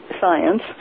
science